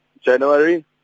January